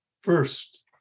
first